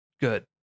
Good